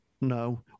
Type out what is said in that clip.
No